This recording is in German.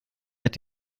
hat